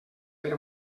per